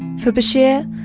for bashir,